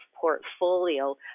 portfolio